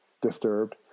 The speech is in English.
disturbed